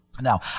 Now